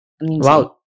Wow